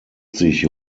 sich